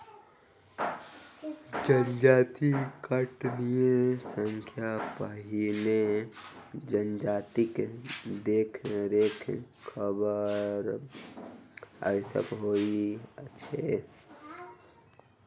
जजाति कटनी सॅ पहिने जजातिक देखरेख करब आवश्यक होइत छै